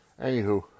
Anywho